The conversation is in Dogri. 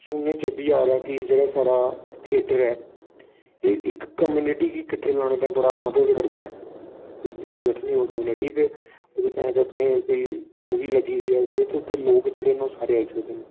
सुनने च एह् बी आ दा कि जेह्ड़ा साढ़ा थेटर ऐ एह् इक कम्युनिटी गी किट्ठे लाने दा बड़ी मदद करदा ऐ कोई किट्ठी बैठनी होग कम्युनिटी ते उं'दे ताईं कोई मूवी लग्गी दी उत्थै ते उत्थै लोक जेह्ड़े न ओह् सारे आई सकदे